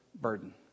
burden